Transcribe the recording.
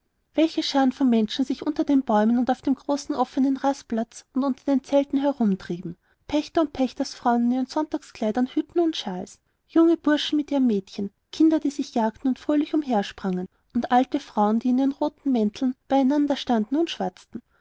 welche scharen von menschen sich unter den bäumen und auf dem großen offnen rasenplatz und unter den zelten umhertrieben pächter und pächtersfrauen in ihren sonntagskleidern hüten und shawls junge burschen mit ihren mädchen kinder die sich jagten und fröhlich umhersprangen und alte frauen die in ihren roten mänteln bei einander standen und schwatzten